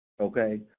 okay